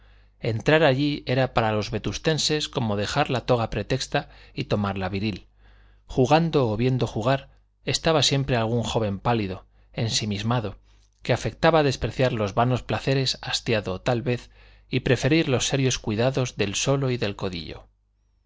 entrar allí era para los vetustenses como dejar la toga pretexta y tomar la viril jugando o viendo jugar estaba siempre algún joven pálido ensimismado que afectaba despreciar los vanos placeres hastiado tal vez y preferir los serios cuidados del solo y el codillo